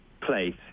place